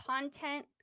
content